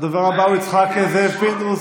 הדובר הבא הוא יצחק זאב פינדרוס.